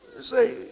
say